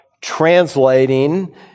translating